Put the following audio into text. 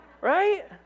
Right